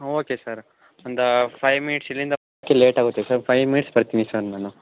okay sir ಒಂದು five minutes ಇಲ್ಲಿಂದ ಕೆ ಲೇಟಾಗುತ್ತೆ ಸರ್ ಫೈ ಮಿನಿಟ್ಸ್ ಬರ್ತೀನಿ ಸರ್ ನಾನು